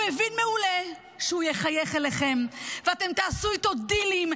הוא הבין מעולה שהוא יחייך אליכם ואתם תעשו איתו דילים,